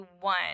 one